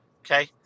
Okay